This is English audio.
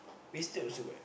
wasted also what